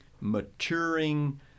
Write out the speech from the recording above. maturing